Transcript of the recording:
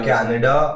Canada